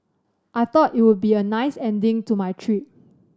I thought it would be a nice ending to my trip